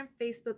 Facebook